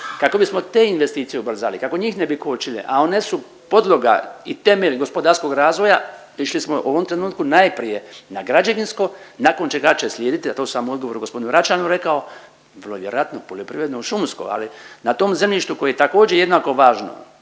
Kako bismo te investicije ubrzali, kako njih ne bi kočili, a one su podloga i temelj gospodarskog razvoja išli smo u ovom trenutku najprije na građevinsko nakon čega će slijediti, a to sam u odgovoru gospodinu Račanu rekao vjerojatno poljoprivredno i šumsko, ali na tom zemljištu koje je također jednako važno